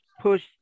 push